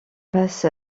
passe